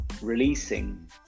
releasing